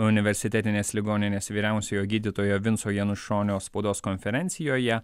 universitetinės ligoninės vyriausiojo gydytojo vinco janušonio spaudos konferencijoje